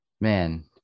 Man